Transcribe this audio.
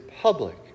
public